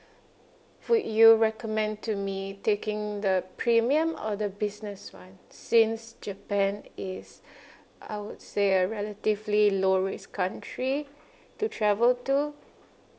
would you recommend to me taking the premium or the business one since japan is I would say a relatively low risk country to travel to